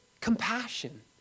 Compassion